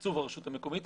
תקצוב הרשות המקומית.